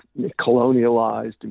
colonialized